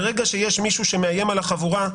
ברגע שיש מישהו שמאיים על החבורה,